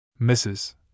Mrs